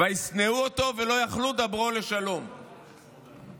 "וישנאו אתו ולא יכלו דברו לשלם"; "לכו,